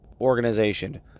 organization